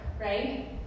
right